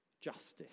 justice